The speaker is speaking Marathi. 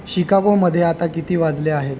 शिकागोमध्ये आता किती वाजले आहेत